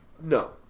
No